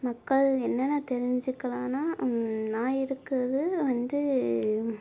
மக்கள் என்னென்ன தெரிஞ்சுக்கலாம்னா நான் இருக்கிறது வந்து